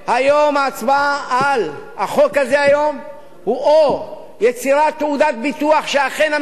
ההצבעה על החוק הזה היום היא או יצירת תעודת ביטוח שאכן הממשלה